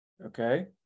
okay